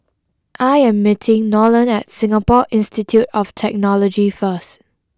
I am meeting Nolen at Singapore Institute of Technology first